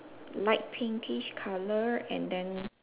light pinkish colour and then